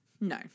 No